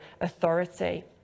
authority